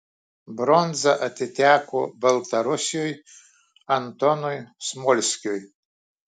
bronza atiteko baltarusiui antonui smolskiui